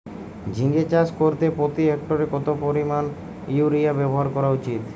ঝিঙে চাষ করতে প্রতি হেক্টরে কত পরিমান ইউরিয়া ব্যবহার করা উচিৎ?